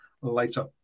later